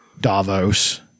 Davos